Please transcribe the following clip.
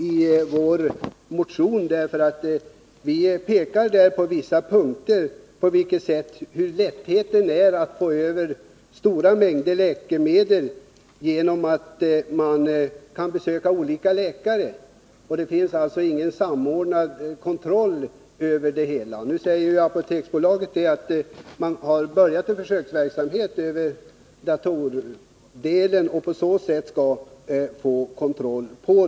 I vår motion pekar vi i några punkter på hur lätt det är för dem som vill att få stora mängder läkemedel, t.ex. genom att de uppsöker flera olika läkare. Det finns alltså ingen samordnad kontroll på det här området. Apoteksbolaget har nu sagt att man har börjat en försöksverksamhet med datorrutiner för att på så sätt försöka få kontroll.